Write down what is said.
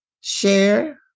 share